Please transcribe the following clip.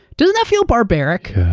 doesn't that feel barbaric?